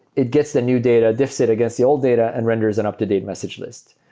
it gets the new data diffs it against the old data and renders an up-to-date message list.